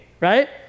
right